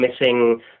missing